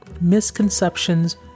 misconceptions